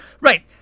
Right